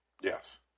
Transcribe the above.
Yes